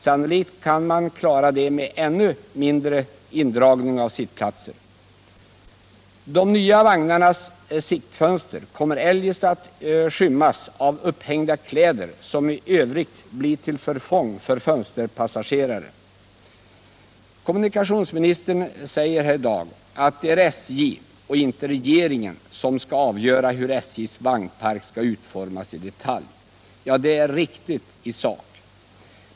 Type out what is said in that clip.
Sannolikt kan man klara detta med ännu mindre indragning av sittplatser. De nya vagnarnas siktfönster kommer eljest att skymmas av upphängda kläder, som i övrigt blir till förfång för fönsterpassagerare. Kommunikationsministern säger i dag att det är SJ och inte regeringen som skall avgöra hur SJ:s vagnpark skall utformas i detalj. Det är riktigt i sak.